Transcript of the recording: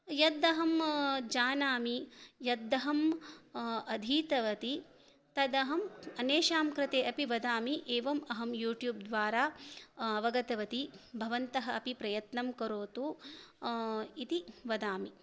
यद् अहं जानामि यदहम् अधीतवती तदहम् अन्येषां कृते अपि वदामि एवम् अहं यूट्यूब् द्वारा अवगतवती भवन्तः अपि प्रयत्नं करोतु इति वदामि